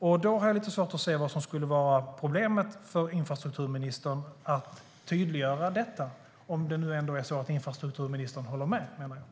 Om infrastrukturministern håller med mig har jag svårt att se varför det skulle vara ett problem för henne att tydliggöra detta.